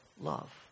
love